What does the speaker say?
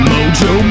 Mojo